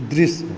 दृश्य